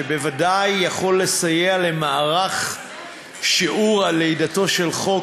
שבוודאי יכול לסייע למערך שיעור על לידתו של חוק,